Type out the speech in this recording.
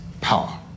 power